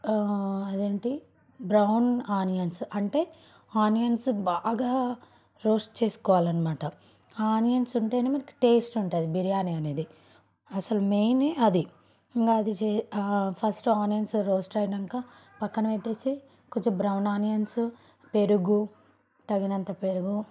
అదేంటి brown onions అంటే onions బాగా రోస్ట్ చేసుకోవాలన్నమాట ఆ ఆనియన్స్ ఉంటే మనకి టేస్ట్ ఉంటుంది బిర్యానీ అనేది అసలు మెయిన్ ఏ అది ఇంక అది చే ఫస్ట్ ఆనియన్స్ రోస్ట్ అయినాక పక్కన పెట్టి కొంచం బ్రౌన్ ఆనియన్స్ పెరుగు తగినంత పెరుగు